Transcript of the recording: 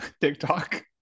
TikTok